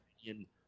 opinion